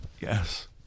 Yes